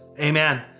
amen